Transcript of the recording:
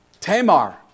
Tamar